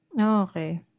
okay